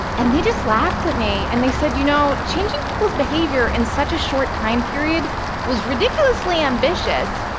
and they just laughed at me, and they said, you know, changing people's behavior in such a short time period was ridiculously ambitious,